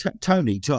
Tony